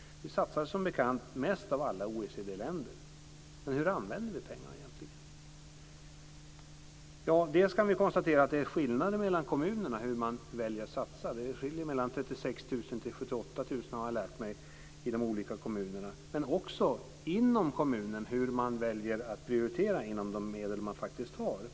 Vi satsar som bekant mest av alla OECD-länder. Men hur använder vi pengarna egentligen? Dels kan vi konstatera att det är skillnader mellan kommunerna när det gäller hur man väljer att satsa. Det skiljer mellan 36 000 och 78 000, har jag lärt mig, i de olika kommunerna. Men också inom kommunen skiljer det när det gäller hur man väljer att prioritera de medel som man faktiskt har.